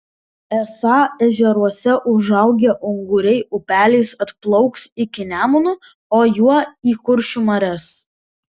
esą ežeruose užaugę unguriai upeliais atplauks iki nemuno o juo į kuršių marias